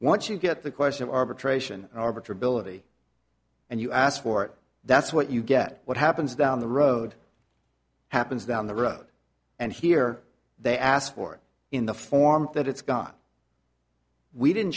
once you get the question of arbitration over to ability and you asked for it that's what you get what happens down the road happens down the road and here they asked for it in the form that it's gone we didn't